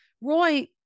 Roy